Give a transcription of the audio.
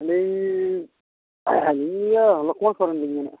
ᱟᱹᱞᱤᱧ ᱤᱭᱟᱹ ᱞᱚᱠᱷᱢᱟ ᱥᱚᱨᱮᱱ ᱞᱤᱧ ᱢᱮᱱᱮᱫᱼᱟ